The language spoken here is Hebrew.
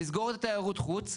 לסגור את תיירות החוץ.